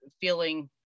feeling